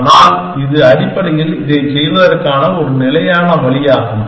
ஆனால் இது அடிப்படையில் இதைச் செய்வதற்கான ஒரு நிலையான வழியாகும்